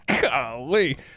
Golly